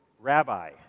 Rabbi